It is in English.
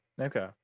Okay